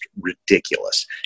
ridiculous